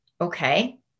okay